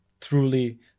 truly